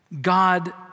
God